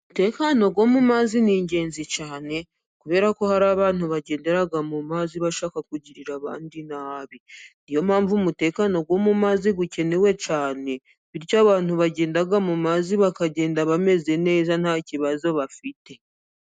Umutekano wo mu mazi ni ingenzi cyane. Kubera ko hari abantu bagendera mu mazi bashaka kugirira abandi nabi. Niyo mpamvu umutekano wo mu mazi ukenewe cyane, bityo abantu bagenda mu mazi bakagenda bameze neza, nta kibazo bafite.